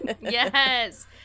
yes